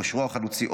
כושרו החלוצי,